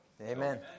Amen